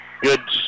Good